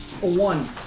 one